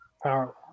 Power